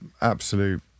absolute